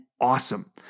awesome